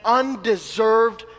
undeserved